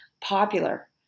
popular